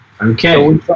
Okay